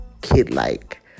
kid-like